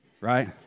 right